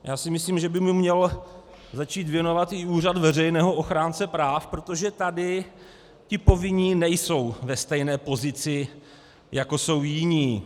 Já si myslím, že by se mu měl začít věnovat i Úřad veřejného ochránce práv, protože tady ti povinní nejsou ve stejné pozici, jako jsou jiní.